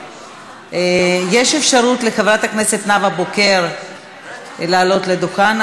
יש אפשרות לחברת הכנסת נאוה בוקר לעלות לדוכן.